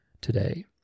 today